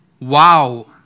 Wow